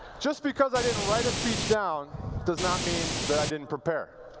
just because i didn't write a speech down does not mean that i didn't prepare.